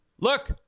look